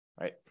right